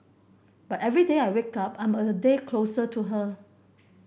but every day I wake up I'm a day closer to her